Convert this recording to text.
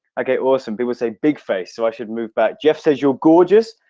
i gave awesome p with a big face so i should move back jeff says you're gorgeous.